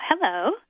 Hello